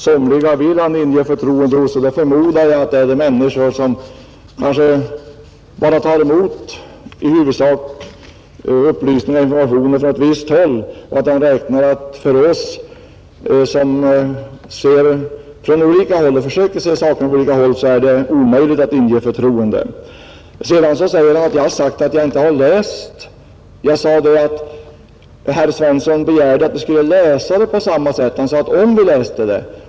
Somliga vill han inge förtroende hos, och då förmodar jag att det är de människor som kanske i huvudsak bara tar emot upplysningar och informationer från ett visst håll, medan han räknar med att hos oss, som försöker se saken från olika håll, är det omöjligt att inge förtroende. Vidare säger han att jag har sagt att jag inte har läst dokumenten. Herr Svensson begärde att vi skulle läsa dem på samma sätt — om vi läste dem.